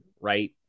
right